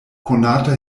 konata